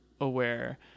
aware